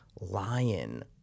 lion